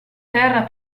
terra